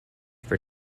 for